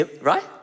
right